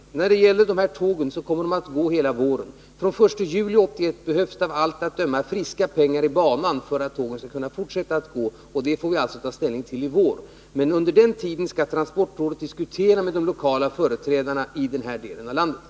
Beträffande tågtrafiken på den aktuella sträckan vill jag säga, att tågen kommer att gå under hela våren. fr.o.m. den 1 juli 1981 behövs av allt att döma friska pengar för att tågen skall kunna fortsätta att trafikera bandelen, och det behovet får vi ta ställning till i vår. Fram till dess skall dock transportrådet föra diskussioner med de lokala företrädarna i den berörda delen av landet.